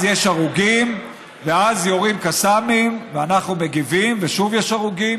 יש הרוגים ואז יורים קסאמים ואנחנו מגיבים ושוב יש הרוגים